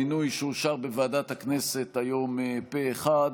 מינוי שאושר בוועדת הכנסת היום פה אחד.